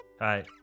Hi